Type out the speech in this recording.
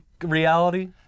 reality